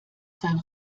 sein